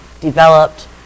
developed